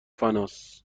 فناس